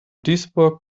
duisburg